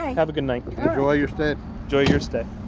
have a good night enjoy your stay enjoy your stay